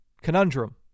conundrum